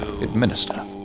Administer